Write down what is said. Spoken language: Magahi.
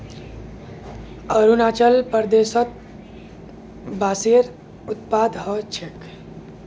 अरुणाचल प्रदेशत बांसेर उत्पादन ह छेक